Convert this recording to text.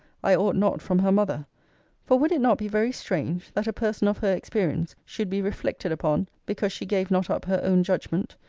i ought not from her mother for would it not be very strange, that a person of her experience should be reflected upon because she gave not up her own judgment,